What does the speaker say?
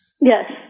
Yes